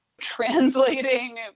translating